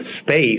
space